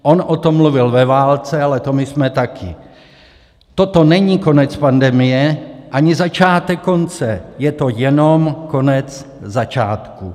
On o tom mluvil ve válce, ale to my jsme také: Toto není konec pandemie ani začátek konce, je to jenom konec začátku.